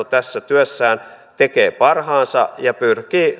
tässä työssään tekee parhaansa ja pyrkii